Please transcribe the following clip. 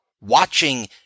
watching